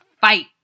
fight